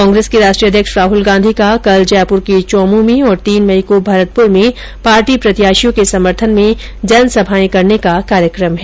कांग्रेस के राष्ट्रीय अध्यक्ष राहुल गांधी का कल जयपुर के चौमूं में और तीन मई को भरतप्र में पार्टी प्रत्याशियों के समर्थन में जनसभाएं करने का कार्यक्रम है